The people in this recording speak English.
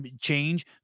change